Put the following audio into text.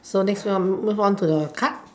so next one move on to the card